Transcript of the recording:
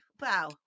wow